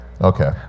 Okay